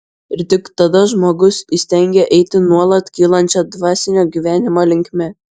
ir tik tada žmogus įstengia eiti nuolat kylančia dvasinio gyvenimo linkme